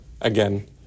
again